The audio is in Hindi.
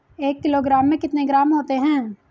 एक किलोग्राम में कितने ग्राम होते हैं?